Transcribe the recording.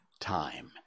time